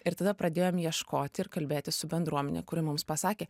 ir tada pradėjom ieškoti ir kalbėtis su bendruomene kuri mums pasakė